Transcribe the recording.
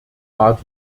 war